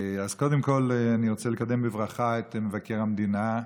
אז קודם כול אני רוצה לקדם בברכה את מבקר המדינה,